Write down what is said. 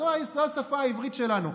זאת השפה העברית שלנו.